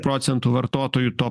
procentų vartotojų to